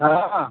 हाँ